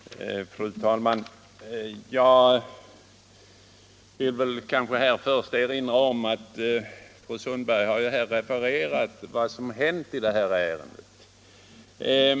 Fru talman! Jag vill till att börja med erinra om att fru Sundberg har refererat vad som hänt i det'här ärendet.